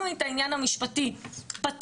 גם את העניין המשפטי פתרתם,